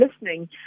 listening